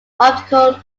optical